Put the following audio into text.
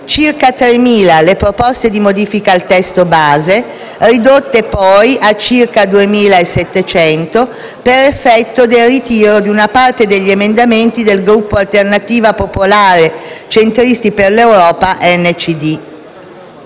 (circa 3.000 le proposte di modifica al testo base; ridotte poi a circa 2.700 per effetto del ritiro di una parte degli emendamenti del Gruppo Alternativa Popolare-Centristi per l'Europa-NCD).